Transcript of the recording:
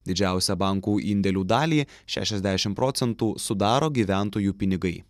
didžiausią bankų indėlių dalį šešiasdešim procentų sudaro gyventojų pinigai